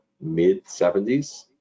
mid-70s